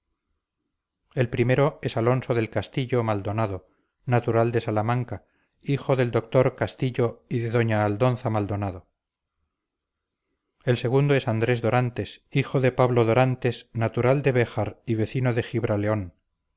el primero es alonso del castillo maldonado natural de salamanca hijo del doctor castillo y de doña aldonza maldonado el segundo es andrés dorantes hijo de pablo dorantes natural de béjar y vecino de gibraleón el